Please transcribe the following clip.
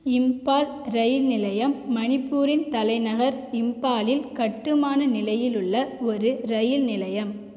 Imphal rail நிலையம் மணிப்பூரின் தலைநகர் இம்பாலில் கட்டுமான நிலையிலுள்ள ஒரு ரயில் நிலையம்